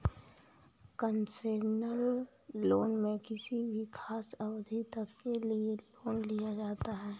concessional loan में किसी खास अवधि तक के लिए लोन दिया जाता है